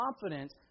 confidence